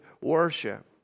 worship